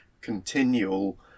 continual